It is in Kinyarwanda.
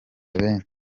benshi